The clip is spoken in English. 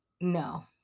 No